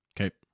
Okay